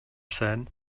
said